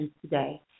today